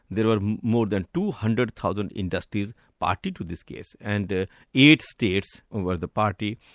there were more than two hundred thousand industries party to this case, and eight states over the party,